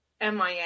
MIA